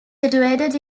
situated